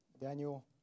Daniel